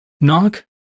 Knock